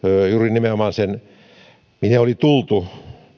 juuri nimenomaan sen romahduksen jälkeen mihin oli tultu